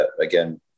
again